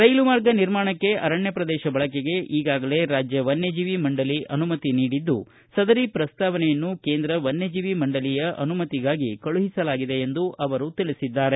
ರೈಲು ಮಾರ್ಗ ನಿರ್ಮಾಣಕ್ಕೆ ಅರಣ್ಯ ಪ್ರದೇಶ ಬಳಕೆಗೆ ಈಗಾಗಲೇ ರಾಜ್ಯ ವನ್ಯಜೀವಿ ಮಂಡಲಿ ಅನುಮತಿ ನೀಡಿದ್ದು ಸದರಿ ಪ್ರಸ್ತಾವನೆಯನ್ನು ಕೇಂದ್ರ ವನ್ನಜೀವಿ ಮಂಡಳಿಯ ಅನುಮತಿಗಾಗಿ ಕಳುಹಿಸಲಾಗಿದೆ ಎಂದು ತಿಳಿಸಿದ್ದಾರೆ